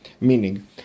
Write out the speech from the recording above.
Meaning